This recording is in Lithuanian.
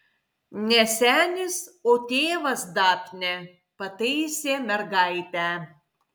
ne senis o tėvas dafne pataisė mergaitę